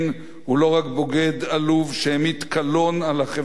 עלוב שהמיט קלון על החברה הישראלית כולה,